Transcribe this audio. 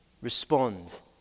respond